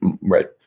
Right